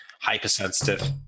hypersensitive